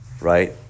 right